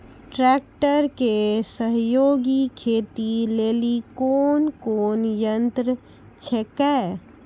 Tractor के सहयोगी खेती लेली कोन कोन यंत्र छेकै?